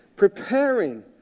preparing